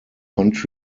funding